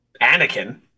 Anakin